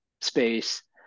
space